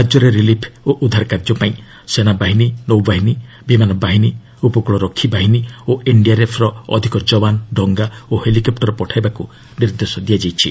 ରାଜ୍ୟରେ ରିଲିଫ୍ ଓ ଉଦ୍ଧାର କାର୍ଯ୍ୟ ପାଇଁ ସେନାବାହିନୀ ନୌବାହିନୀ ବିମାନବାହିନୀ ଉପକୂଳରକ୍ଷି ବାହିନୀ ଓ ଏନ୍ଡିଆର୍ଏଫ୍ ର ଅଧିକ ଯବାନ ଡଙ୍ଗା ଓ ହେଲିକେପୁର ପଠାଇବାକୁ ନିର୍ଦ୍ଦେଶ ଦିଆଯାଇଛି